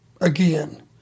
again